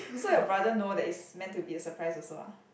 so your brother know that it's meant to be a surprise also ah